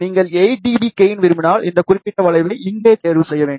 நீங்கள் 8 dB gain விரும்பினால் இந்த குறிப்பிட்ட வளைவை இங்கே தேர்வு செய்ய வேண்டும்